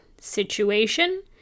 situation